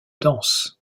danses